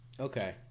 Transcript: Okay